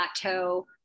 plateau